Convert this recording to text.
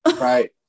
Right